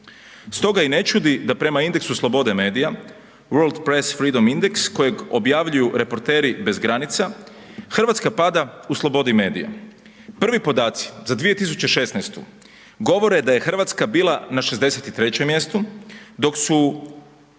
Stoga i ne čudi da prema indeksu slobode medija…/Govornik se ne razumije/…kojeg objavljuju reporteri bez granica, RH pada u slobodi medija. Prvi podaci za 2016. govore da je RH bila na 63. mjestu, dok su